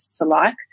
alike